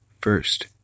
first